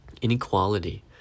inequality